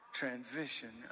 transition